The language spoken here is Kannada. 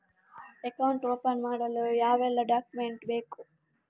ಅಕೌಂಟ್ ಓಪನ್ ಮಾಡಲು ಯಾವೆಲ್ಲ ಡಾಕ್ಯುಮೆಂಟ್ ಬೇಕು?